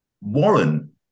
Warren